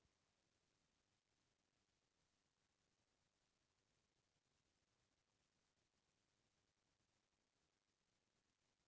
पइसा जमा करबे या हेरबे ता तुरते मोबईल म लेनदेन के मेसेज आ जाथे पहिली बेंक म ए सुबिधा नई रहिस हे